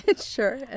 Sure